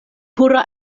pura